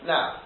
Now